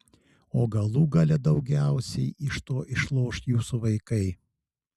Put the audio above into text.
o galų gale daugiausiai iš to išloš jūsų vaikai